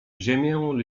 ziemię